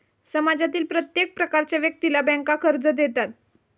समाजातील प्रत्येक प्रकारच्या व्यक्तीला बँका कर्ज देतात